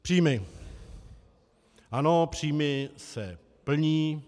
Příjmy, ano, příjmy se plní.